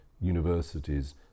universities